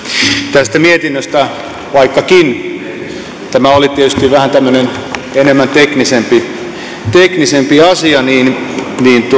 tästä mietinnöstä vaikkakin tämä oli tietysti vähän tämmöinen teknisempi teknisempi asia niin niin